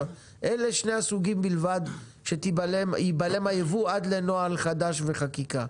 אלה שני הסוגים בלבד שייבלם הייבוא עד לנוהל חדש וחקיקה.